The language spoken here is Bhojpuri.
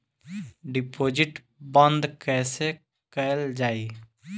डिपोजिट बंद कैसे कैल जाइ?